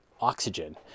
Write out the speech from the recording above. oxygen